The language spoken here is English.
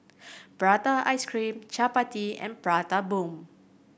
Prata ice cream Chappati and Prata Bomb